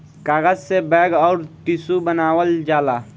कागज से बैग अउर टिशू बनावल जाला